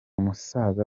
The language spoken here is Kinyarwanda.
musaza